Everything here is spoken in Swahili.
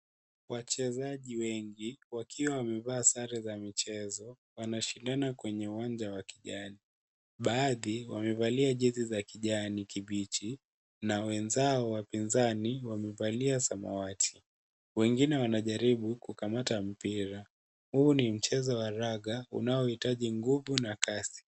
Wachezaji wengi wakiwa wamevaa sare za michezo, wanashindana kwenye uwanja wa kijani, baadhi wamevalia jezi za kijani kibichi na wenzao wapinzani wamevalia za samawati. Wengine wanajaribu kukamata mpira. Huu ni mchezo wa raga unaohitaji nguvu na kasi.